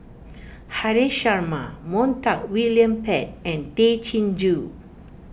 Haresh Sharma Montague William Pett and Tay Chin Joo